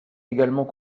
également